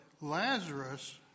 Lazarus